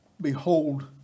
Behold